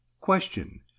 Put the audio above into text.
Question